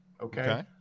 Okay